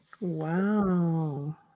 Wow